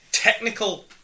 Technical